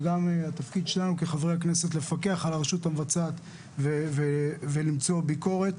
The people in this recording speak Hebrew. וגם התפקיד שלנו כחברי הכנסת לפקח על הרשות המבצעת ולמצוא ביקורת.